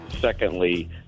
Secondly